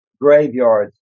graveyards